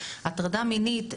מינית, הטרדה מינית,